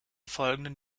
folgenden